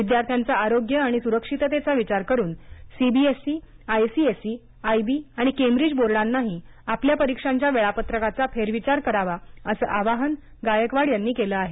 विद्यार्थ्यांचं आरोग्य आणि स्रक्षिततेचा विचार करून सीबीएसई आयसीएसई आयबी आणि केंब्रिज बोर्डांनीही आपल्या परीक्षांच्या वेळापत्रकाचा फेरविचार करावा असं आवाहन गायकवाड यांनी केलं आहे